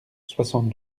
soixante